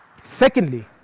Secondly